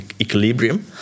equilibrium